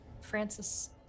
Francis